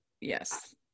yes